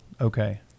okay